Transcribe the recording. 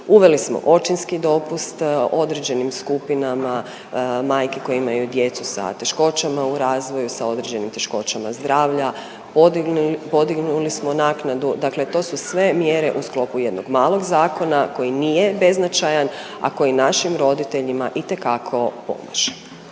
Uveli smo očinski dopust određenim skupinama majki koje imaju djecu sa teškoćama u razvoju, sa određenim teškoćama zdravlja, podignuli smo naknadu. Dakle to su sve mjere u sklopu jednog malog zakona koji nije beznačajan, a koji našim roditeljima itekako pomaže.